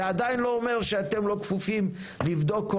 זה עדיין לא אומר שאתם לא כפופים לבדוק כל